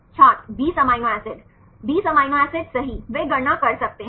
छात्र 20 amino acid 20 amino acid सही वे गणना कर सकते हैं